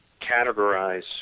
categorize